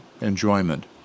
enjoyment